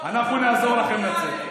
אנחנו נעזור לכם לצאת.